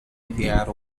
enviar